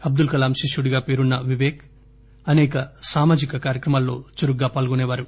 అబ్దుల్ కలాం శిష్యుడిగా పేరున్న వివేక్ అనేక సామాజిక కార్యక్రమాల్లో చురుగ్గా పాల్గొనేవారు